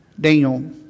Daniel